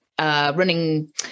Running